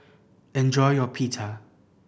enjoy your Pita